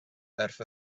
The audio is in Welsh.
wrth